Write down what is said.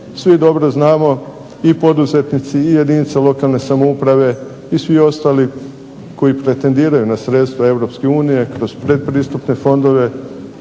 Svi dobro znamo i poduzetnici i jedinice lokalne samouprave i svi ostali koji pretendiraju na sredstva Europske unije kroz predpristupne fondove